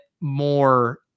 more